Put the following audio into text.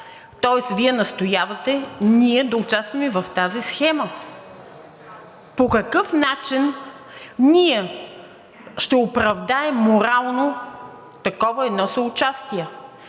тоест Вие настоявате ние да участваме в тази схема. По какъв начин ние ще оправдаем морално такова едно съучастие?